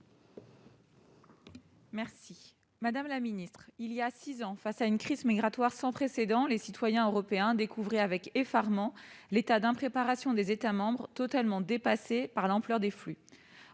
Lavarde. Madame la ministre, voilà six ans, face à une crise migratoire sans précédent, les citoyens européens découvraient avec effarement l'impréparation des États membres, totalement dépassés par l'ampleur des flux.